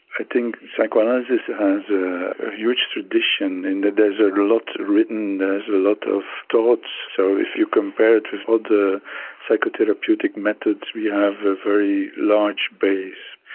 i think psychoanalysis has ah a huge tradition in that there's lots written, there's a lot of thought, so if you compare it to other psychotherapeutic methods, we have a very large base,